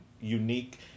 unique